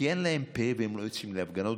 כי אין להם פה והם לא יוצאים להפגנות.